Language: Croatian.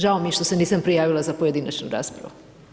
Žao mi je što se nisam prijavila za pojedinačnu raspravu.